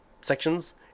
sections